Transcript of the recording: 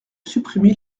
supprimer